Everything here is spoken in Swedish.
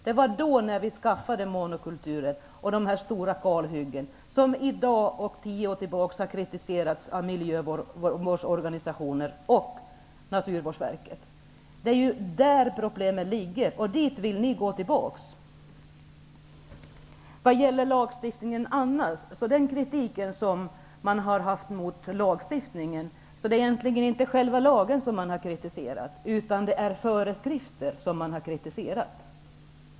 Det var då vi skapade monokulturen och de stora kalhyggena, som har kritiserats av miljövårdsorganisationer och Naturvårdsverket sedan tio år tillbaka. Det är där problemen ligger. Ni vill gå tillbaka dit. Den kritik som har framförts mot lagstiftningen i övrigt gäller egentligen inte själva lagen. Det är föreskrifter som har kritiserats.